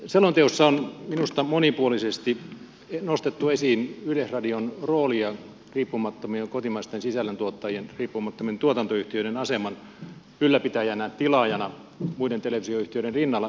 selonteossa on minusta monipuolisesti nostettu esiin yleisradion roolia riippumattomien kotimaisten sisällöntuottajien riippumattomien tuotantoyhtiöiden aseman ylläpitäjänä tilaajana muiden televisioyhtiöiden rinnalla